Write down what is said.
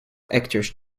actors